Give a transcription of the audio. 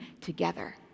together